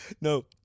No